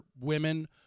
women